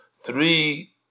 three